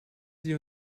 sie